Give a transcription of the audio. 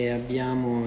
abbiamo